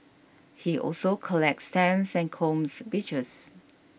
he also collects stamps and combs beaches